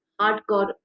hardcore